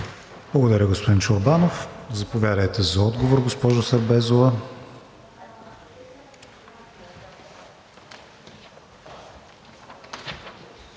Благодаря, господин Чорбанов. Заповядайте за отговор, госпожо Сербезова.